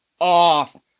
off